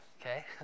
okay